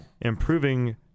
improving